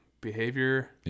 behavior